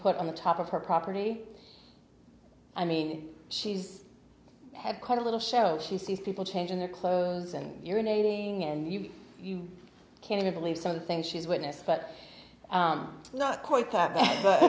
put on the top of her property i mean she's had quite a little show she sees people changing their clothes and you're in aiding and you you can't believe some of the things she's witnessed but not quite that bad but